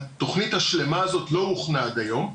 התוכנית השלמה הזאת לא הוכנה עד היום.